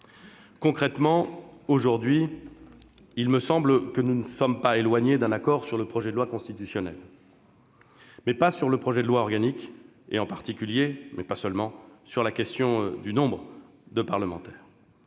Concrètement, aujourd'hui, il me semble que nous ne sommes pas éloignés d'un accord sur le projet de loi constitutionnelle, mais pas sur le projet de loi organique, s'agissant en particulier du nombre de parlementaires.